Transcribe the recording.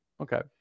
Okay